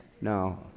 No